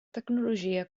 tecnologia